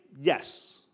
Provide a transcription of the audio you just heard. yes